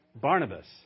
Barnabas